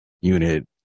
unit